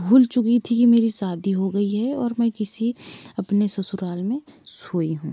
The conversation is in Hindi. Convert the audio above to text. भूल चुकी थी मेरी सादी हो गई है और मैं किसी अपने ससुराल में सोई हूँ